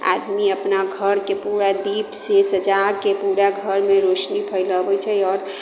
आदमी अपना घरकेँ पूरा दीपसँ सजा कऽ पूरा घरमे रोशनी फैलाबैत छै आओर